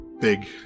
big